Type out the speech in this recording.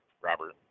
Robert